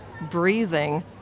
breathing